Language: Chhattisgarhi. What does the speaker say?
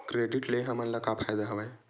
क्रेडिट ले हमन ला का फ़ायदा हवय?